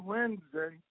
Wednesday